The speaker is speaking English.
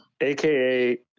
aka